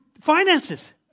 finances